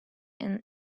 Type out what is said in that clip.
and